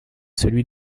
celui